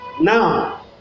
Now